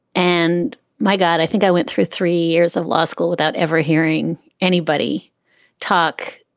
and my god. i think i went through three years of law school without ever hearing anybody talk,